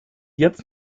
jetzt